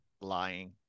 lying